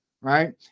right